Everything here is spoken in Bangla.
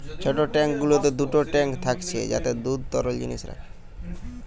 ছোট ট্যাঙ্ক গুলোতে দুটো ট্যাঙ্ক থাকছে যাতে দুধ তরল জিনিস রাখে